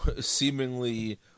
seemingly